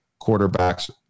quarterbacks